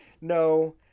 No